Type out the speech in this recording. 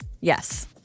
yes